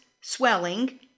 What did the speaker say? swelling